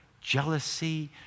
jealousy